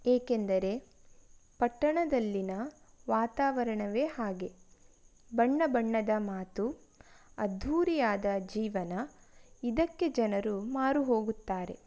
ಏಕೆಂದರೆ ಪಟ್ಟಣದಲ್ಲಿನ ವಾತಾವರಣವೇ ಹಾಗೆ ಬಣ್ಣ ಬಣ್ಣದ ಮಾತು ಅದ್ದೂರಿಯಾದ ಜೀವನ ಇದಕ್ಕೆ ಜನರು ಮಾರುಹೋಗುತ್ತಾರೆ